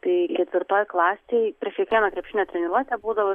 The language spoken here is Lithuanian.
tai ketvirtoj klasėj prieš kiekvieną krepšinio treniruotę būdavo